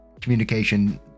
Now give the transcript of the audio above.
communication